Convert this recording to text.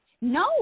No